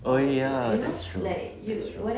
oh ya that's true that's true